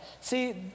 See